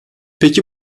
peki